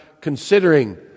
considering